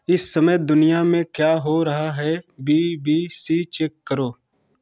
इस समय दुनिया में क्या हो रहा है बी बी सी चेक करो